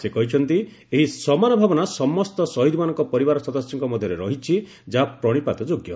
ସେ କହିଛନ୍ତି ଏହି ସମାନ ଭାବନା ସମସ୍ତ ଶହୀଦମାନଙ୍କ ପରିବାର ସଦସ୍ୟଙ୍କ ମଧ୍ୟରେ ରହିଛି ଯାହା ପ୍ରଣିପାତ ଯୋଗ୍ୟ